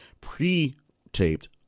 pre-taped